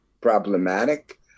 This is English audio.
problematic